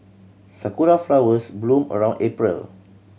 sakura flowers bloom around April